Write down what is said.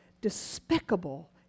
despicable